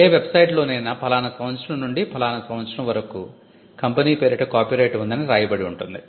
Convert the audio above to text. ఏ website లోనైనా ఫలానా సంవత్సరం నుండి ఫలానా సంవత్సరం వరకు కంపెనీ పేరిట కాపీరైట్ ఉందని రాయబడి ఉంటుంది